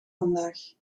vandaag